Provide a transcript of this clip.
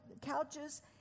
couches